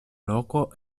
loko